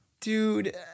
Dude